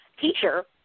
teacher